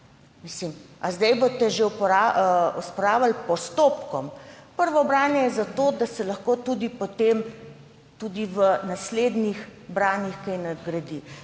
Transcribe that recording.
Ali boste zdaj osporavali že postopkom? Prvo branje je zato, da se lahko tudi potem tudi v naslednjih branjih kaj nadgradi,